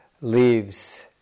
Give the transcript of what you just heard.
leaves